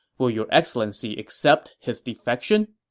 will your excellency accept his defection?